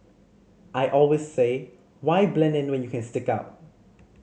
I always say why blend in when you can stick out